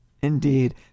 Indeed